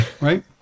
right